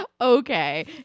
okay